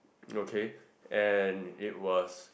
okay and it was